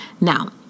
Now